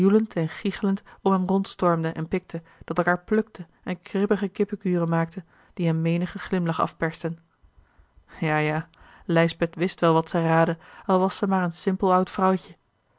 gichelend om hem rond stormde en pikte dat elkaâr plukte en kribbige kippenkuren maakte die hem menige glimlach afpersten ja ja lijsbeth wist wel wat ze raadde al was zij maar een simpel oud vrouwtje